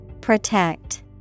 Protect